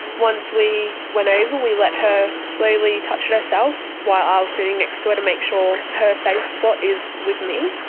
once we went over we let her slowly touch it herself while i was sitting next to it to make sure her safe spot is with me.